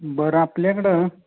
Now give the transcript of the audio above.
बरं आपल्याकडं